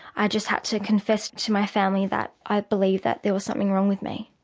i just had to confess to my family that i believed that there was something wrong with me.